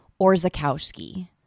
Orzakowski